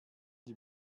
die